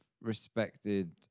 respected